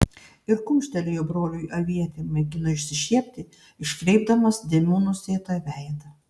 ir kumštelėjo broliui avietė mėgino išsišiepti iškreipdamas dėmių nusėtą veidą